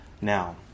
Now